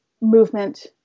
movement